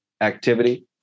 activity